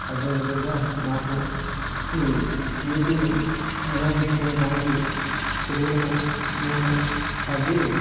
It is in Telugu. అదేవిధంగా మాకు ఈ నీటిని నిల్వ ఉంచుకోనేడానికి చెరువులను మేము తవ్వి